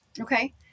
Okay